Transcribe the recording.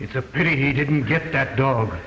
it's a pity he didn't get that dog